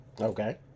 Okay